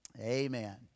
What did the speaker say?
Amen